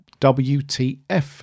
wtf